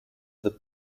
the